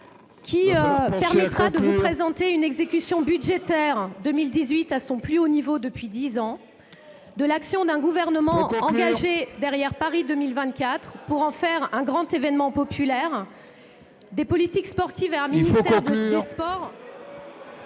qui permettra de vous présenter une exécution budgétaire 2018 à son plus haut niveau depuis dix ans ; de l'action d'un Gouvernement ... Il faut conclure !... engagé derrière Paris 2024 pour en faire un grand événement populaire ; des politiques sportives et un ministère des sports ...